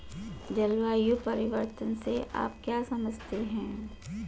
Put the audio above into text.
जलवायु परिवर्तन से आप क्या समझते हैं?